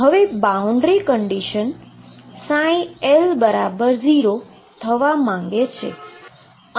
હવે boundary condition L0 થવા માંગે છે